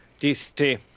DC